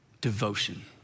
devotion